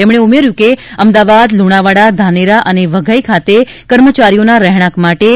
તેમણે ઉમેર્યુ કે અમદાવાદ લુણાવાડા ધાનેરા અને વઘઇ ખાતે કર્મચારીઓના રહેણાંક માટે રૂ